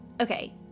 okay